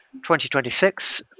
2026